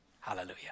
Hallelujah